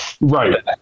right